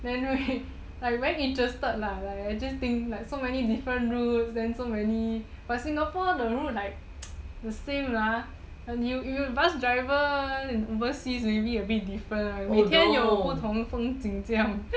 then like very interested lah like just think so many different routes then so many but singapore the route like the same lah you bus driver overseas maybe a bit different 每天都有不同风景这样